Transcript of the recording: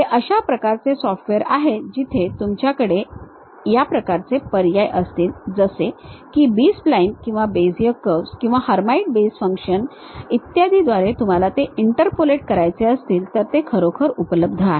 हे अशा प्रकारचे सॉफ्टवेअर आहेत जिथे तुमच्याकडे या प्रकारचे पर्याय असतील जसे की बी स्प्लाइन्स किंवा बेझियर कर्व्स किंवा हर्माइट बेस फंक्शन्स इत्यादींद्वारे तुम्हाला ते इंटरपोलेट करायचे असतील तर खरोखर ते उपलब्ध आहेत